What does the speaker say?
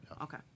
Okay